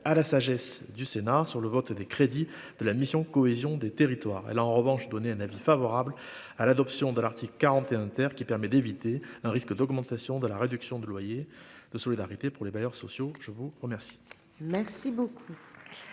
à la sagesse du Sénat sur le vote des crédits de la mission cohésion des territoires, elle a en revanche donné un avis favorable à l'adoption de l'Arctique 41 terre qui permet d'éviter un risque d'augmentation de la réduction de loyer de solidarité pour les bailleurs sociaux, je vous remercie. Merci beaucoup,